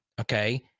Okay